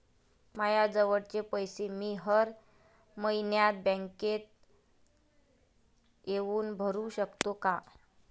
मायाजवळचे पैसे मी हर मइन्यात बँकेत येऊन भरू सकतो का?